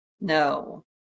No